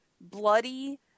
bloody